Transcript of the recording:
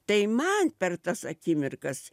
tai man per tas akimirkas